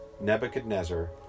nebuchadnezzar